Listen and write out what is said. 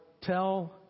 tell